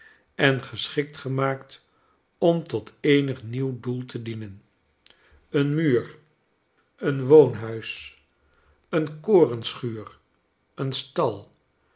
en geschikt gemaakt om tot eenig nieuw doel te dienen een muur een woonhuis eene korenschuur een stal